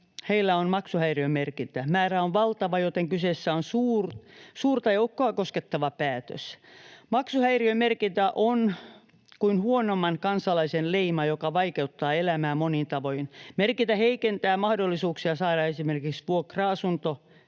on maksuhäiriömerkintä — määrä on valtava — joten kyseessä on suurta joukkoa koskettava päätös. Maksuhäiriömerkintä on kuin huonomman kansalaisen leima, joka vaikeuttaa elämää monin tavoin. Merkintä heikentää mahdollisuuksia saada esimerkiksi vuokra-asunto